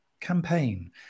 campaign